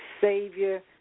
Savior